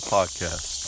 Podcast